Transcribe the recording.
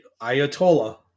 Ayatollah